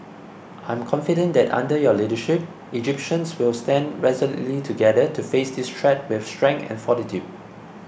I am confident that under your leadership Egyptians will stand resolutely together to face this threat with strength and fortitude